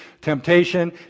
temptation